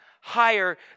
higher